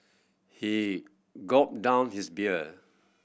he gulped down his beer